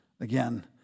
Again